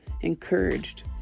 encouraged